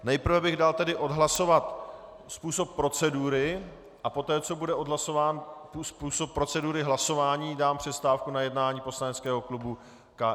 Nejprve bych tedy dal odhlasovat způsob procedury a poté, co bude odhlasován způsob procedury hlasování, dám přestávku na jednání poslaneckého klubu KSČM.